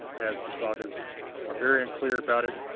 as the sagas are very unclear about it,